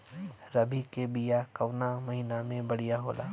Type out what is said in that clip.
रबी के बिया कवना महीना मे बढ़ियां होला?